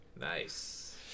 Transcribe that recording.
Nice